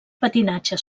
patinatge